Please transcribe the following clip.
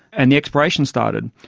and the exploration started.